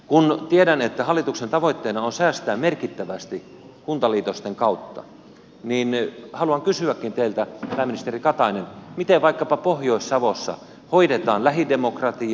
kun tiedän että hallituksen tavoitteena on säästää merkittävästi kuntaliitosten kautta niin haluan kysyäkin teiltä pääministeri katainen miten vaikkapa pohjois savossa hoidetaan lähidemokratia